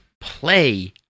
play